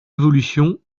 évolution